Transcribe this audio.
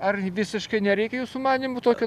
ar visiškai nereikia jūsų manymu tokio